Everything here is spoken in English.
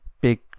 big